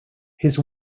his